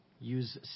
use